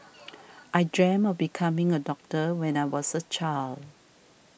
I dreamt of becoming a doctor when I was a child